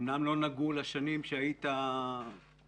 אמנם לא נגעו לשנים שהיית בתפקידך